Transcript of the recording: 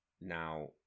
now